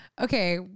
Okay